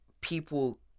people